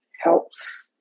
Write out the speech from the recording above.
helps